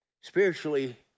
Spiritually